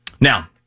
Now